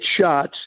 shots